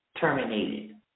Terminated